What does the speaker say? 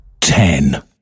ten